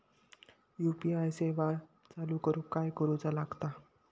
UPI सेवा चालू करूक काय करूचा लागता?